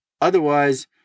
Otherwise